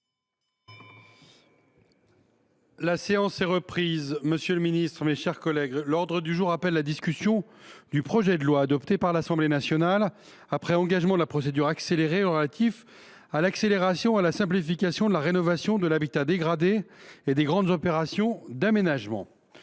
La séance est suspendue. La séance est reprise. L’ordre du jour appelle la discussion du projet de loi, adopté par l’Assemblée nationale après engagement de la procédure accélérée, relatif à l’accélération et à la simplification de la rénovation de l’habitat dégradé et des grandes opérations d’aménagement